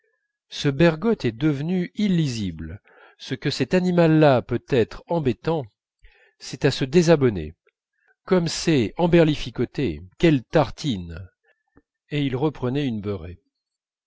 ce bergotte est devenu illisible ce que cet animal-là peut être embêtant c'est à se désabonner comme c'est emberlificoté quelle tartine et il reprenait une beurrée